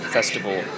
Festival